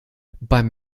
beim